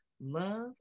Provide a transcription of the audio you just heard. love